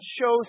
shows